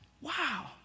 wow